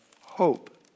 hope